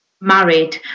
married